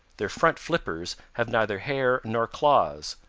their front flippers have neither hair nor claws,